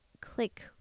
click